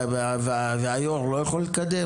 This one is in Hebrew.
והיו"ר לא יכול לקדם?